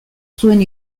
zuen